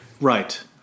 right